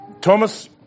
Thomas